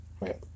right